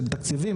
של תקציבים,